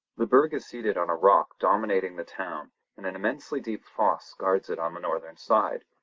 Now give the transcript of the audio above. the burg is seated on a rock dominating the town and an immensely deep fosse guards it on the northern side.